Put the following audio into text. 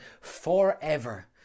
forever